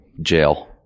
Jail